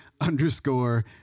Underscore